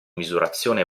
misurazione